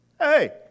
hey